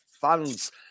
Fans